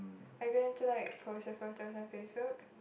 are you going to like post your photos on Facebook